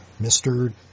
Mr